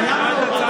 והיה מעורב.